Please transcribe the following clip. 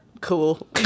Cool